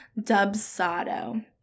Dubsado